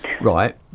Right